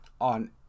on